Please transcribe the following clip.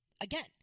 Again